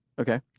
Okay